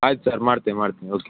ಆಯ್ತು ಸರ್ ಮಾಡ್ತೇನೆ ಮಾಡ್ತೇನೆ ಓಕೆ